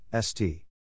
st